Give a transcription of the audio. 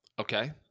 Okay